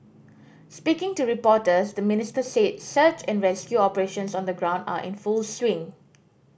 speaking to reporters the Minister said search and rescue operations on the ground are in full swing